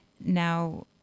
Now